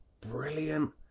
brilliant